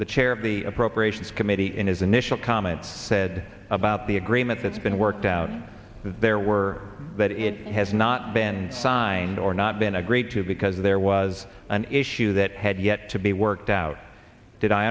the chair of the appropriations committee in his initial comments said about the agreement that's been worked out there were that it has not been signed or not been a great deal because there was an issue that had yet to be worked out did i